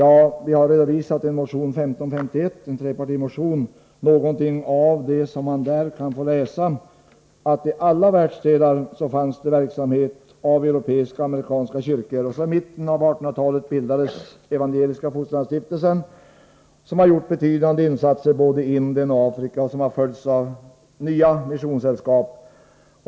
I trepartimotionen 1551 finns redovisat en del av vad man kan få läsa i Budbäraren, bl.a. att amerikanska och europeiska kyrkor bedrev verksamhet i alla världsdelar. I mitten av 1800-talet bildades Evangeliska fosterlandsstiftelsen, som har gjort betydande insatser både i Indien och i Afrika och som har följts av andra missionssällskap.